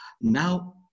Now